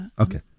Okay